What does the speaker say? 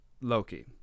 Loki